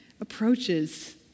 approaches